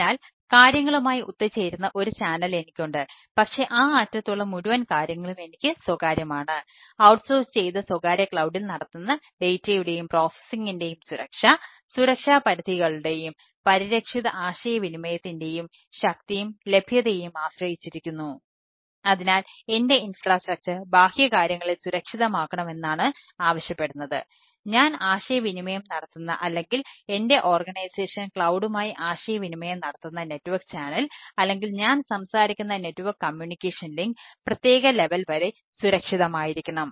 അതിനാൽ കാര്യങ്ങളുമായി ഒത്തുചേരുന്ന ഒരു ചാനൽ വരെ സുരക്ഷിതമായിരിക്കണം